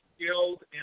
skilled